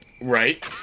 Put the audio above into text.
Right